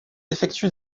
effectue